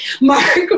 Mark